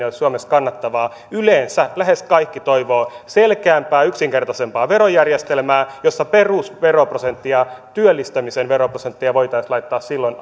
olisi suomessa kannattavaa yleensä lähes kaikki toivovat selkeämpää yksinkertaisempaa verojärjestelmää jossa perusveroprosenttia työllistämisen veroprosenttia voitaisiin laittaa silloin